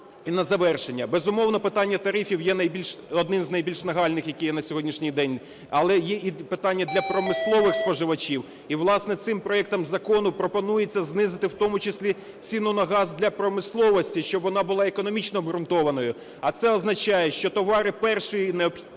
І на завершення. Безумовно, питання тарифів є одним з найбільш нагальним, яке є на сьогоднішній день, але є і питання для промислових споживачів. І власне, цим проектом закону пропонується знизити в тому числі ціну на газ для промисловості, щоб вона була економічно обґрунтованою. А це означає, що товари першої необхідності